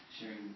sharing